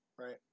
Right